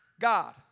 God